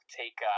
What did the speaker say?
take